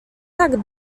tak